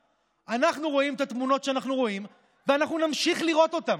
אנחנו רואים את התמונות שאנחנו רואים ואנחנו נמשיך לראות אותן.